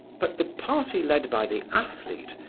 but the party led by the athlete,